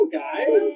guys